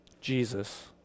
Jesus